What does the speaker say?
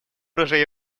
оружия